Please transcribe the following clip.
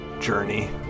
journey